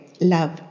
love